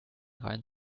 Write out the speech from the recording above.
reihen